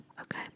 okay